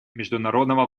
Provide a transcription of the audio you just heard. международного